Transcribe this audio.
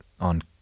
on